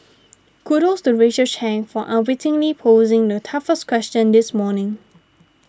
kudos to Rachel Chang for unwittingly posing the toughest question this morning